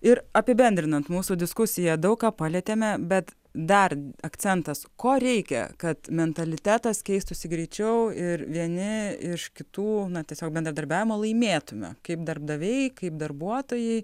ir apibendrinant mūsų diskusiją daug ką palietėme bet dar akcentas ko reikia kad mentalitetas keistųsi greičiau ir vieni iš kitų na tiesiog bendradarbiavimo laimėtume kaip darbdaviai kaip darbuotojai